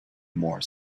more